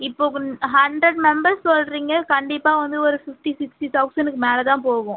இப்போ கொஞ் hundred member சொல்றீங்க கண்டிப்பாக வந்து ஒரு ஃபிஃப்ட்டி சிக்ஸ்ட்டி தெளசணுக்கு மேலே தான் போகும்